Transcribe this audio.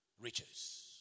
Riches